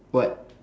what